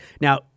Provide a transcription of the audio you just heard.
Now